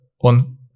on